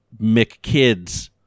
McKids